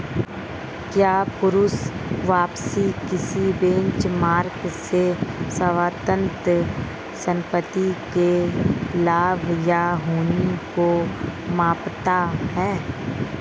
क्या पूर्ण वापसी किसी बेंचमार्क से स्वतंत्र संपत्ति के लाभ या हानि को मापता है?